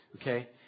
Okay